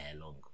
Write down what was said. long